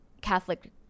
catholic